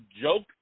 joke